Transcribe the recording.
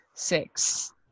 six